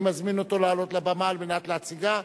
אני מזמין אותו לעלות לבמה על מנת להציגה.